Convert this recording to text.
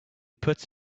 put